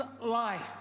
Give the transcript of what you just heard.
life